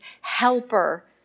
helper